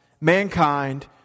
mankind